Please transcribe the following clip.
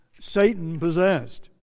Satan-possessed